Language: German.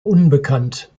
unbekannt